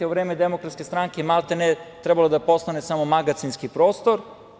U vreme Demokratske stranke maltene trebalo je da postane samo magacinski prostor.